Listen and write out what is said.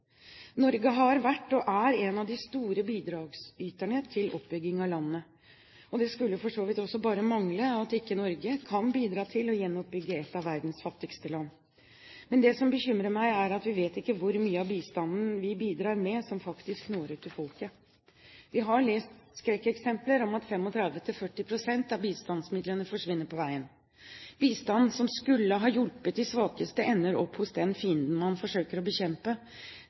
Norge har vært og er en av de store bidragsyterne til oppbygging av landet. Det skulle for så vidt også bare mangle at ikke Norge kan bidra til å gjenoppbygge et av verdens fattigste land. Men det som bekymrer meg, er at vi vet ikke hvor mye av bistanden vi bidrar med som faktisk når ut til folket. Vi har lest skrekkeksempler om at 35–40 pst. av bistandsmidlene forsvinner på veien. Bistand som skulle ha hjulpet de svakeste, ender opp hos den fienden man forsøker å bekjempe,